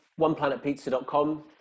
oneplanetpizza.com